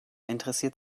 interessiert